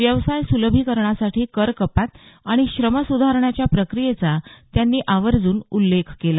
व्यवसाय सुलभीकरणासाठी करकपात आणि श्रमसुधारण्याच्या प्रक्रियेचा त्यांनी आर्वजून उल्लेख केला